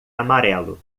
amarelo